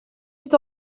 est